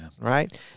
right